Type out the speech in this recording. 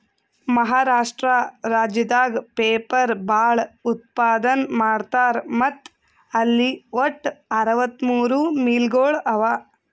ಮಹಾರಾಷ್ಟ್ರ ರಾಜ್ಯದಾಗ್ ಪೇಪರ್ ಭಾಳ್ ಉತ್ಪಾದನ್ ಮಾಡ್ತರ್ ಮತ್ತ್ ಅಲ್ಲಿ ವಟ್ಟ್ ಅರವತ್ತಮೂರ್ ಮಿಲ್ಗೊಳ್ ಅವಾ